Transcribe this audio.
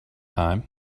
time